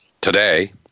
today